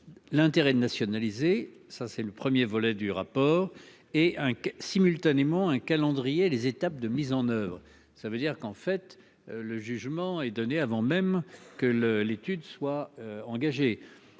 L'intérêt de nationaliser. Ça c'est le 1er volet du rapport et un simultanément un calendrier des étapes de mise en oeuvre. Ça veut dire qu'en fait, le jugement est donnée avant même que le l'étude soit engagée.